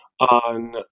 on